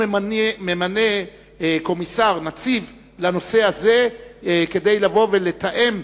הוא ממנה קומיסר, נציב, לנושא הזה, כדי לתאם